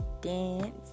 dance